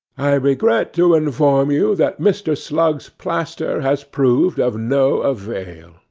i regret to inform you that mr. slug's plaster has proved of no avail.